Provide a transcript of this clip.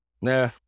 Nah